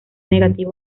negativa